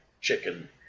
chicken